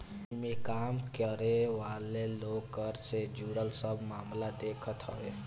इमें काम करे वाला लोग कर से जुड़ल सब मामला के देखत हवे